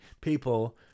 people